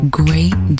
great